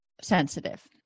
sensitive